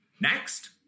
Next